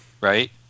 right